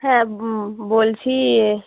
হ্যাঁ বলছি এ